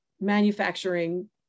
manufacturing